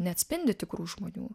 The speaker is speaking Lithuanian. neatspindi tikrų žmonių